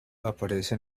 aparece